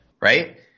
right